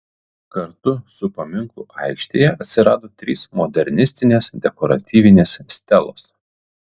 kartu su paminklu aikštėje atsirado trys modernistinės dekoratyvinės stelos